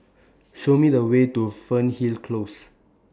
Show Me The Way to Fernhill Close